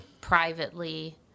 privately